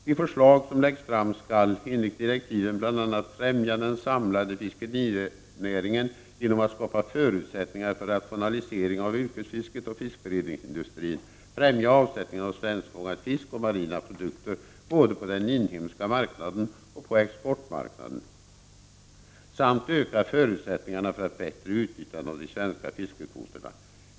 De förslag som läggs fram skall, enligt direktiven, bl.a. främja den samlade fiskerinäringen genom att skapa förutsättningar för rationalisering av yrkesfisket och fiskberedningsindustrin, främja avsättningen av svenskfångad fisk och marina produkter både på den inhemska marknaden och på exportmarknaden, samt öka förutsättningarna för ett bättre utnyttjande av svenska fiskekvoter.